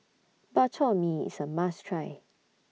Bak Chor Mee IS A must Try